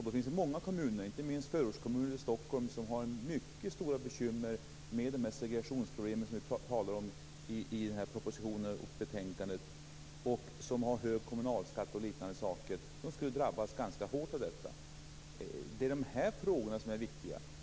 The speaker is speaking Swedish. Det finns många kommuner, inte minst förortskommuner i Stockholms län, som har mycket stora bekymmer med de segregationsproblem som det talas om i propositionen och betänkandet och som har hög kommunalskatt och annat. De skulle drabbas ganska hårt av detta. Det är de här frågorna som är viktiga.